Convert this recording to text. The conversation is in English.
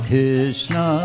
Krishna